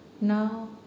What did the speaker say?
Now